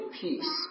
peace